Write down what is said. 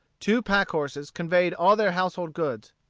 two pack-horses conveyed all their household goods.